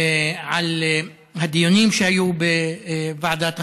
על הדיונים שהיו בוועדת החינוך,